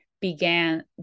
began